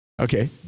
Okay